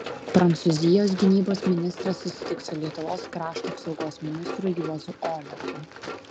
prancūzijos gynybos ministras susitiks su lietuvos krašto apsaugos ministru juozu oleku